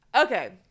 okay